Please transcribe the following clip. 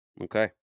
Okay